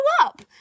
up